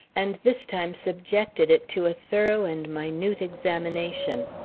and this time subjected it to a thorough and minute examination.